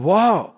Wow